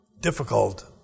difficult